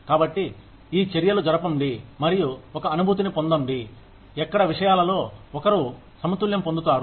కాబట్టి ఈ చర్చలు జరపండి మరియు ఒక అనుభూతిని పొందండి ఎక్కడ విషయాలలో ఒకరు సమతుల్యం పొందుతారు